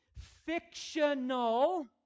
fictional